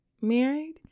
married